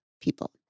people